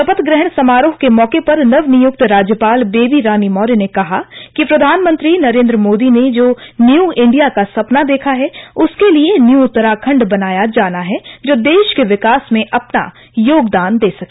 शपथ ग्रहण समारोह के मौके पर नवनियुक्त राज्यपाल बेबी रानी मौर्य ने कहा कि प्रधानमंत्री नरेंद्र मोदी ने जो न्यू इंडिया का सपना देखा है उसके लिए न्यू उत्तराखंड बनाया जाना है जो देश के विकास में अपना योगदान दे सके